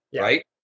Right